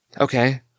Okay